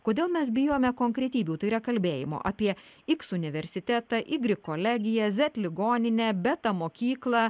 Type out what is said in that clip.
kodėl mes bijome konkretybių tai yra kalbėjimo apie iks universitetą igrik kolegiją zet ligoninę beta mokyklą